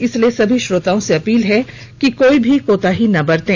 इसलिए सभी श्रोताओं से अपील है कि कोई भी कोताही ना बरतें